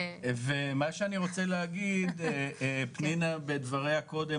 שאני רוצה להגיד: פנינה בדבריה קודם